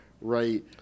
right